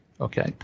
Okay